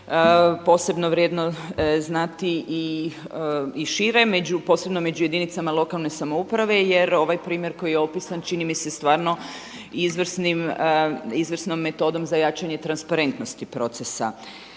posebno vrijedno znati i šire, posebno među jedinicama lokalne samouprave jer ovaj primjer koji je opisan čini mi se stvarno izvrsnom metodom za jačanje transparentnosti procesa